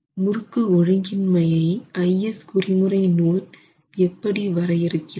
முறுக்கு ஒழுங்கின்மையை IS குறிமுறை நூல் எப்படி வரையறுக்கிறது